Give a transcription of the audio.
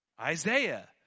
Isaiah